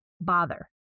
bother